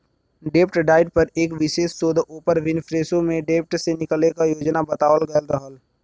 डेब्ट डाइट पर एक विशेष शोध ओपर विनफ्रेशो में डेब्ट से निकले क योजना बतावल गयल रहल